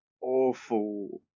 awful